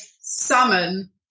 summon